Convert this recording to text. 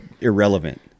irrelevant